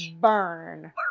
burn